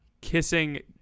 kissing